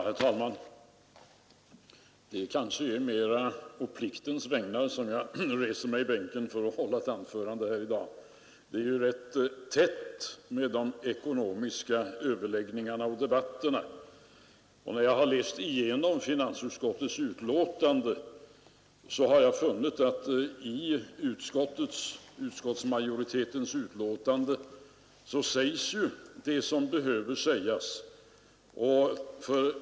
Herr talman! Det kanske är mera å pliktens vägnar som jag reser mig i bänken för att hålla ett anförande här i dag. Det är ju ganska tätt med de 49 lerande åtgärder ekonomiska överläggningarna och debatterna. Efter att ha läst igenom finansutskottets betänkande har jag funnit att utskottsmajoriteten säger det som behöver sägas.